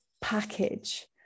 package